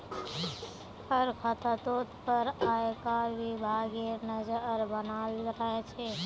हर खातातोत पर आयकर विभागेर नज़र बनाल रह छे